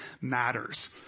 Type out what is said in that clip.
matters